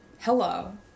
hello